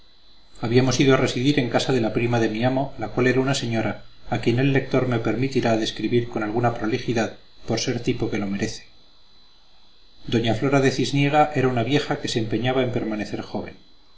habíamos ido a residir en casa de la prima de mi amo la cual era una señora a quien el lector me permitirá describir con alguna prolijidad por ser tipo que lo merece doña flora de cisniega era una vieja que se empeñaba en permanecer joven